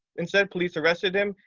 instead police arrested him,